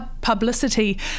publicity